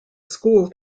school